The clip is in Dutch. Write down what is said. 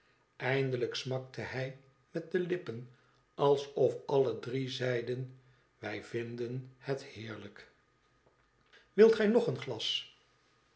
eindelijk smakte hij met de lippen alsof alle drie zeiden wij vinden het heerlijk wilt gij nog een glas